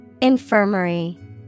Infirmary